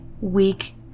weak